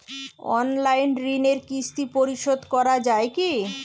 Online ঋণের কিস্তি পরিশোধ করা যায় কি?